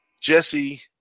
Jesse